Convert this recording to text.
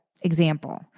example